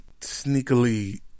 sneakily